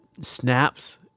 snaps